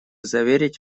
заверить